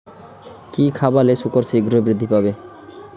কি খাবালে শুকর শিঘ্রই বৃদ্ধি পায়?